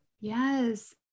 Yes